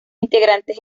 integrantes